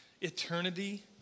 eternity